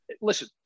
Listen